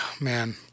Man